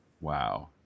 Wow